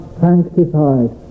sanctified